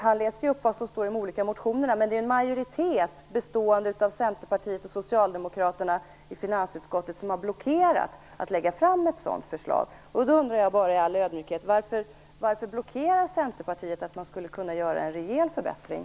Han läser upp vad som står i de olika motionerna, men det är ju en majoritet bestående av Centerpartiet och Socialdemokraterna i finansutskottet som har blockerat möjligheterna att lägga fram ett sådant förslag. Då undrar jag bara i all ödmjukhet varför Centerpartiet blockerar möjligheten att göra en rejäl förbättring.